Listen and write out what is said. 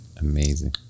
amazing